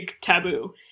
taboo